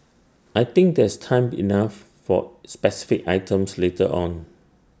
I think there's time enough for specific items later on